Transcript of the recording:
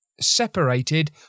separated